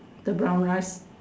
the brown rice